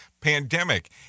pandemic